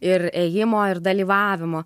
ir ėjimo ir dalyvavimo